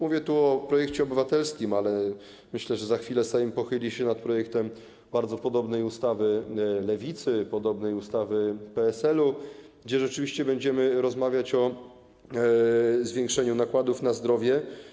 Mówię tu o projekcie obywatelskim, ale myślę, że za chwilę Sejm pochyli się nad projektem bardzo podobnej ustawy Lewicy, podobnej ustawy PSL-u, gdzie rzeczywiście będziemy rozmawiać o zwiększeniu nakładów na zdrowie.